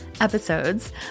episodes